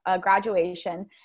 graduation